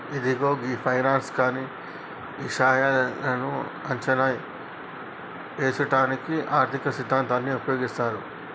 ఇదిగో గీ ఫైనాన్స్ కానీ ఇషాయాలను అంచనా ఏసుటానికి ఆర్థిక సిద్ధాంతాన్ని ఉపయోగిస్తారు